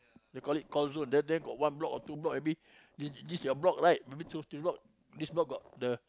they call it call zone down there got one block or two block maybe this this your block right maybe two three block this block got the